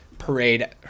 parade